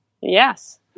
Yes